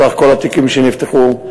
סך כל התיקים שנפתחו,